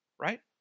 right